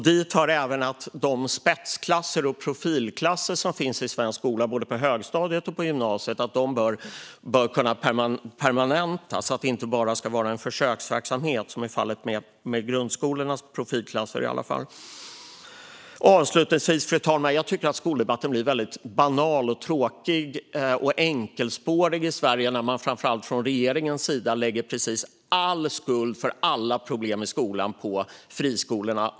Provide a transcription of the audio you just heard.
Dit hör att de spetsklasser och profilklasser som finns i svensk skola på högstadiet och gymnasiet bör permanentas. De ska inte bara vara en försöksverksamhet, som är fallet med grundskolornas profilklasser. Fru talman! Jag tycker att skoldebatten blir banal, tråkig och enkelspårig i Sverige när man framför allt från regeringens sida lägger all skuld för alla problem i skolan på friskolorna.